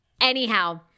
Anyhow